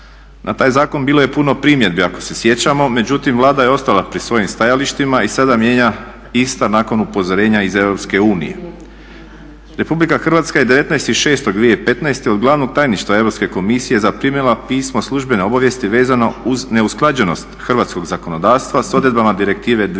Na taj zakon bilo je puno primjedbi ako se sjećamo, međutim Vlada je ostala pri svojim stajalištima i sada mijenja ista nakon upozorenja iz Europske unije. Republika Hrvatska je 19.6.2015. od Glavnog tajništva Europske komisije zaprimila pismo službene obavijesti vezano uz neusklađenost hrvatskog zakonodavstva s odredbama direktive 2004/49